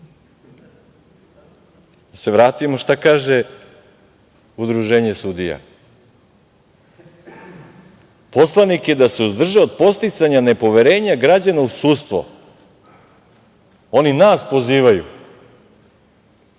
Da se vratimo šta kaže Udruženje sudija – poslanike da se uzdrže od podsticanja nepoverenja građana u sudstvo. Oni nas pozivaju,